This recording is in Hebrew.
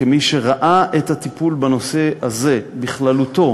כמי שראה את הטיפול בנושא הזה בכללותו